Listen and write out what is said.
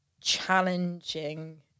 challenging